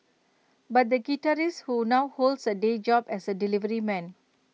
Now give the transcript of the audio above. but the guitarist who now holds A day job as A delivery man